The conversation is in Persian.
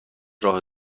راه